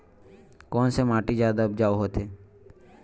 कोन से माटी जादा उपजाऊ होथे?